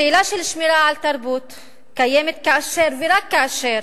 שאלה של שמירה על תרבות קיימת כאשר ורק כאשר